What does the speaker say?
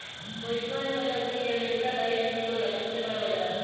मोहितवा ने बतल कई की अमेरिका दायित्व बीमा ला सबसे बड़ा बाजार हई